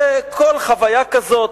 וכל חוויה כזאת,